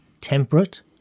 temperate